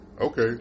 okay